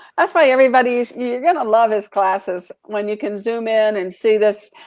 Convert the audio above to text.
that's why everybody, you gonna love his classes. when you can zoom in and see this,